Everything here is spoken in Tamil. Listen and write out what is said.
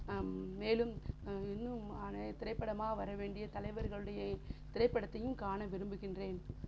மேலும் இன்னும் திரைப்படமாக வரவேண்டிய தலைவர்களுடையே திரைப்படத்தையும் காண விரும்புகின்றேன்